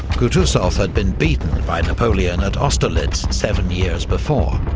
kutuzov had been beaten by napoleon at austerlitz seven years before,